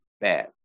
bad